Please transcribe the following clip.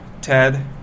Ted